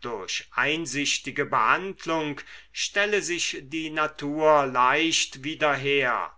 durch einsichtige behandlung stelle sich die natur leicht wieder her